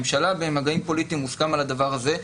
ממשלה ומגעים פוליטיים הוסכם על הדבר הזה,